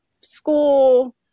school